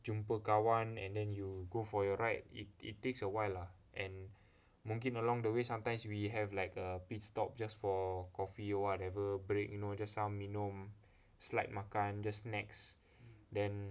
jumpa kawan and then you go for your ride it it takes a while lah and mungkin along the way sometimes we have like a pit stop just for coffee or whatever break you know just some minum slight makan just snacks then